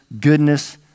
goodness